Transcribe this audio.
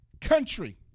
country